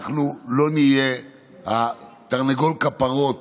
אנחנו לא נהיה תרנגול הכפרות